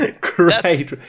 Great